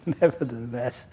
nevertheless